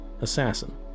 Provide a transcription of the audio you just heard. assassin